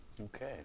Okay